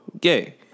gay